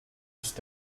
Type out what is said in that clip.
ist